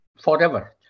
forever